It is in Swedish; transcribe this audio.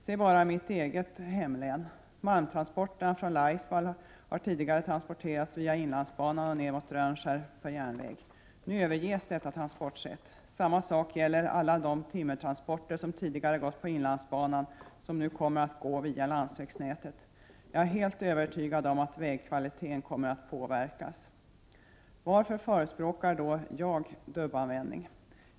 Ett exempel är mitt eget hemlän. Malmen från Laisvall har tidigare transporterats via inlandsbanan och ner mot Rönnskär med järnväg. Nu överges detta transportsätt. Samma sak gäller alla de timmertransporter som tidigare gått på inlandsbanan men som nu kommer att gå via landsvägsnätet. Jag är helt övertygad om att vägkvaliteten kommer att påverkas. Varför förespråkar då jag dubbanvändning?